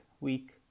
week